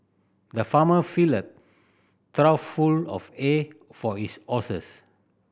the farmer filled a trough full of hay for his horses